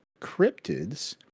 cryptids